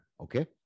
Okay